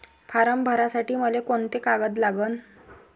Form भरासाठी मले कोंते कागद लागन?